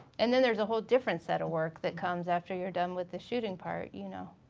and then there's a whole different set of work that comes after you're done with the shooting part, you know.